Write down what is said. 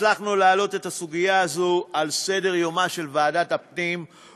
הצלחנו להעלות את הסוגיה הזאת על סדר-יומה של ועדת הפנים,